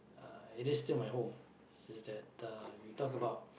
uh it is still my home just that uh you talk about